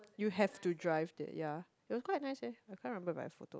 you have to drive there ya it was quite nice leh I can't remember by a photo